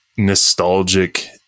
nostalgic